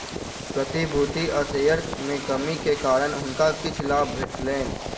प्रतिभूति आ शेयर में कमी के कारण हुनका किछ लाभ भेटलैन